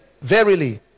verily